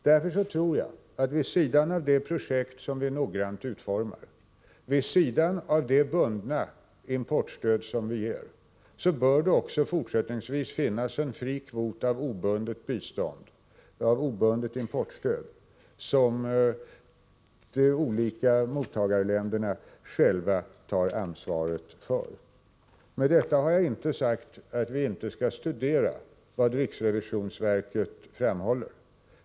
Jag tror därför att det, vid sidan av de projekt som vi noggrant utformar och vid sidan av det bundna importstöd som vi ger, också fortsättningsvis bör finnas en fri kvot av obundet importstöd, som de olika mottagarländerna själva tar ansvaret för. Med detta har jag inte sagt att vi inte skall studera vad riksrevisionsverket framhåller.